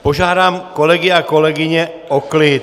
Požádám kolegy a kolegyně o klid!